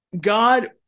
God